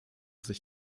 sich